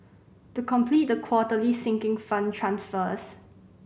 to complete the quarterly Sinking Fund transfers